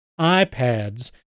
iPads